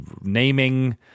naming